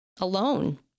alone